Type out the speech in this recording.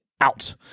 out